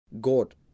God